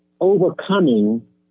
overcoming